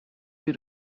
due